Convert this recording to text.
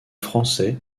français